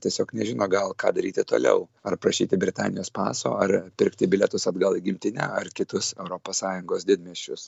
tiesiog nežino gal ką daryti toliau ar prašyti britanijos paso ar pirkti bilietus atgal į gimtinę ar kitus europos sąjungos didmiesčius